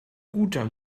guter